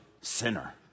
sinner